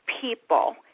people